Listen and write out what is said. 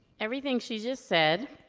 everything she just said,